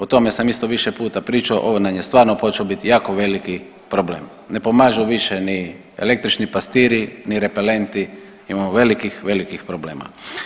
O tome sam više puta pričao, ovo nam je stvarno počeo biti jako veliki problem, ne pomažu više ni električni pastiri, ni repelenti, imamo velikih, velikih problema.